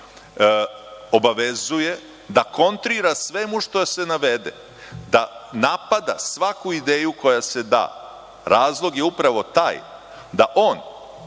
obavezuje da kontrira svemu što se navede, da napada svaku ideju koja se da. Razlog je upravo taj da on